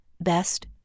Best